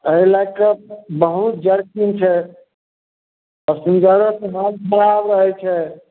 एहि लैके बहुत जरकिन छै पसिञ्जरो सब बाहर रहैत छै